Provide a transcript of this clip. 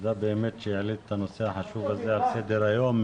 תודה באמת שהעלית את הנושא החשוב הזה על סדר היום.